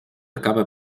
acaba